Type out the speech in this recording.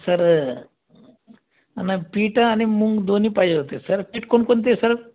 sir नाही पीठ आणि मुंग दोन्ही पाहिजे होते सर पीठ कोणकोणते सर